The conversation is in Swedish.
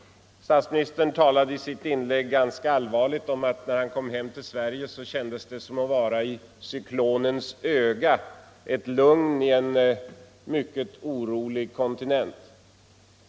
Statsministern talade i sitt inlägg ganska allvarligt om att när han kom hem till Sverige kändes det som att vara i cyklonens öga, i ett lugn på en mycket orolig kontinent.